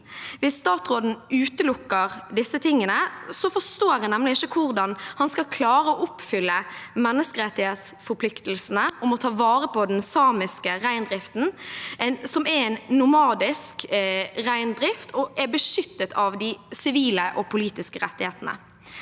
Hvis statsråden utelukker disse tingene, forstår jeg nemlig ikke hvordan han skal klare å oppfylle menneskerettighetsforpliktelsene om å ta vare på den samiske reindriften, som er en nomadisk reindrift og er beskyttet av sivile og politiske rettigheter.